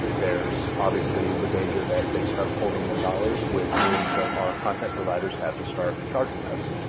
there's obviously the danger that they start pulling their dollars, which means that our content providers have to start charging us.